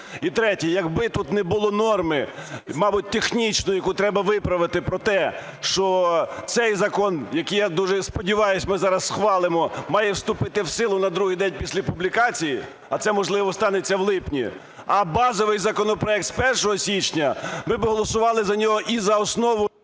І третє. Якби тут не було норми, мабуть, технічної, яку треба виправити, про те, що цей закон, який, я дуже сподіваюсь, ми зараз схвалимо, має вступити в силу на другий день після публікації, а це, можливо, станеться в липні, а базовий законопроект – з 1 січня, ми б голосували за нього і за основу...